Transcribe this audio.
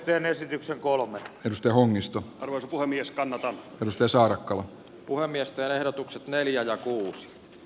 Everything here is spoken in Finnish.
teen esityksen kolmas nosto onnistu puhemies kannalta työsarkaa puhemiesten ehdotukset neljän alkua